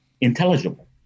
intelligible